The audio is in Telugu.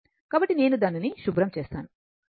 కాబట్టి నేను దానిని శుభ్రం చేస్తాను